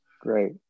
Great